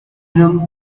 him